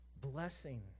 blessing